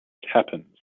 happens